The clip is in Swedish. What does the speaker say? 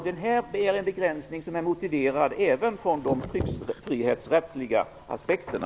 Det är en begränsning som är motiverad även ur de tryckfrihetsrättsliga aspekterna.